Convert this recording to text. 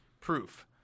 proof